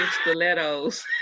stilettos